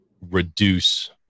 reduce